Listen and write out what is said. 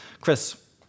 Chris